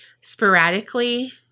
sporadically